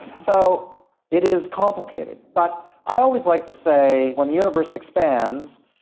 so it is complicated. but i always like to say when the universe expands,